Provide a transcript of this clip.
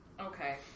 Okay